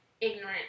ignorant